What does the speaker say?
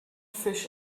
fish